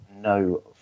no